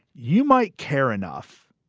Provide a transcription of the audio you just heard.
you might care enough.